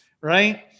right